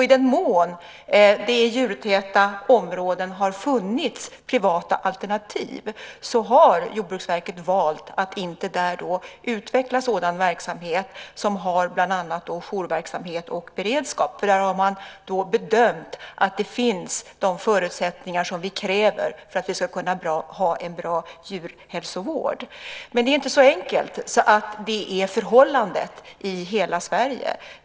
I den mån det har funnits privata alternativ i djurtäta områden har Jordbruksverket valt att där inte utveckla verksamhet med bland annat jourverksamhet och beredskap. Där har man bedömt att de förutsättningar som vi kräver för att vi ska kunna ha en bra djurhälsovård finns. Men det är inte så enkelt att det är förhållandet i hela Sverige.